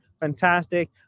fantastic